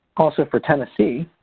also, for tennessee,